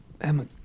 Emma